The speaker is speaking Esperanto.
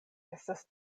estas